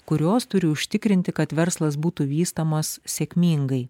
kurios turi užtikrinti kad verslas būtų vystomas sėkmingai